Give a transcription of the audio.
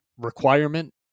requirement